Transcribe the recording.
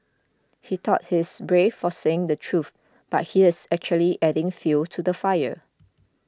he thought he's brave for saying the truth but he's actually adding fuel to the fire